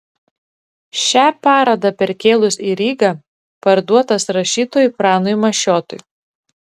šią parodą perkėlus į rygą parduotas rašytojui pranui mašiotui